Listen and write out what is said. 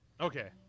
Okay